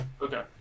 Okay